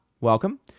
Welcome